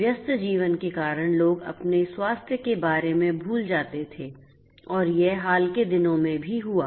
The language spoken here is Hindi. व्यस्त जीवन के कारण लोग अपने स्वास्थ्य के बारे में भूल जाते थे और यह हाल के दिनों में भी हुआ